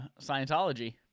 Scientology